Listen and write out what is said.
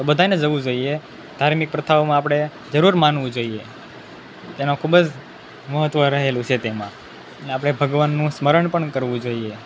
તો બધાયને જવું જોઈએ ધાર્મિક પ્રથાઓમાં આપણે જરૂર માનવું જોઈએ તેમાં ખૂબ જ મહત્ત્વ રહેલું છે તેમાં આપણે ભગવાનનું સ્મરણ પણ કરવું જોઈએ